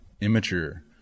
immature